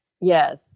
Yes